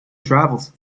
travels